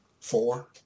Four